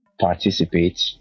participate